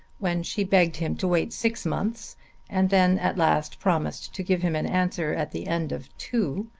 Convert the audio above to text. when she begged him to wait six months and then at last promised to give him an answer at the end of two,